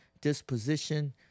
disposition